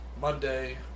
Monday